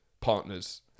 partners